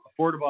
affordable